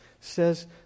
says